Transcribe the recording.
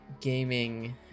gaming